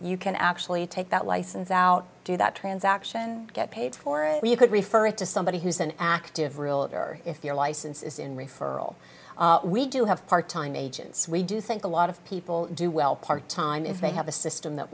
you can actually take that license out do that transaction get paid for it or you could refer it to somebody who's an active realtor if your license is in referral we do have part time agents we do think a lot of people do well part time if they have a system that